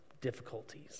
difficulties